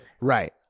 right